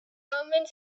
omens